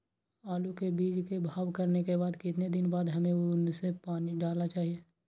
आलू के बीज के भाव करने के बाद कितने दिन बाद हमें उसने पानी डाला चाहिए?